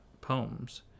poems